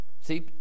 See